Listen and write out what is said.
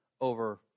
over